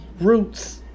roots